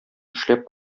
эшләп